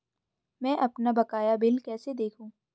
मैं अपना बकाया बिल कैसे देखूं?